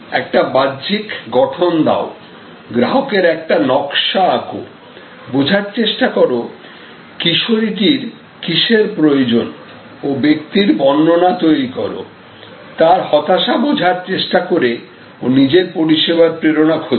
একটা বাহ্যিক গঠন দাও গ্রাহকের একটা নকশা আকো বোঝার চেষ্টা করো কিশোরীটির কিসের প্রয়োজন ও ব্যাক্তির বর্ণনা তৈরি করো তার হতাশা বোঝার চেষ্টা করে ও নিজের পরিষেবার প্রেরণা খোঁজো